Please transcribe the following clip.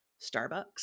Starbucks